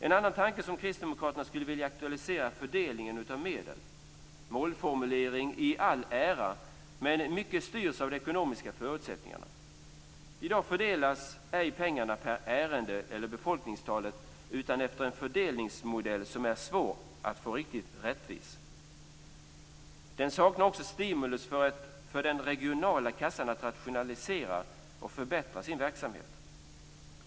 En annan tanke som Kristdemokraterna skulle vilja aktualisera är fördelningen av medel. Målformulering i all ära, men mycket styrs av de ekonomiska förutsättningarna. I dag fördelas ej pengarna per ärende eller efter befolkningstalet utan enligt en fördelningsmodell som är svår att få riktigt rättvis. Den saknar också stimuli för den regionala kassan att rationalisera och förbättra sin verksamhet.